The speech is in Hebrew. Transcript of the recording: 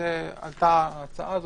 עלתה ההצעה הזאת.